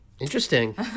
Interesting